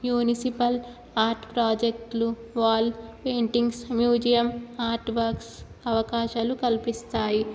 municipal art ప్రాజెక్టులు wall paintings museum art works అవకాశాలు కల్పిస్తాయి